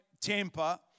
Temper